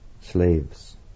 slaves